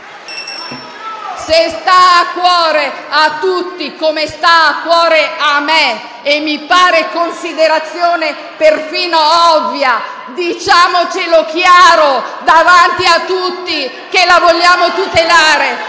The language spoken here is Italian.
Se sta a cuore a tutti come sta a cuore a me - e mi pare considerazione perfino ovvia - diciamolo chiaro davanti a tutti che la vogliamo tutelare.